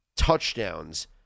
touchdowns